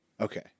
okay